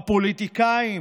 הפוליטיקאים,